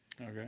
okay